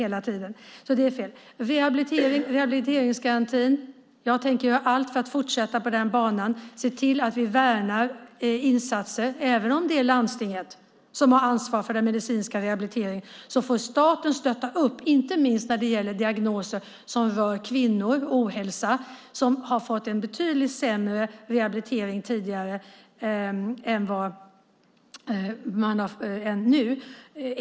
När det gäller rehabilitering och rehabiliteringsgarantin tänker jag göra allt för att fortsätta på den banan och se till att vi värnar insatser. Även om det är landstinget som har ansvar för den medicinska rehabiliteringen får staten stötta upp, inte minst när det gäller diagnoser som rör kvinnors ohälsa. De har fått en betydligt sämre rehabilitering tidigare än nu.